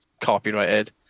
copyrighted